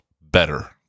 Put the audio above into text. better